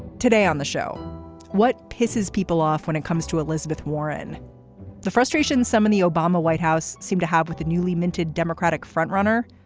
today on the show what pisses people off when it comes to elizabeth warren the frustration some in the obama white house seem to have with the newly minted democratic frontrunner.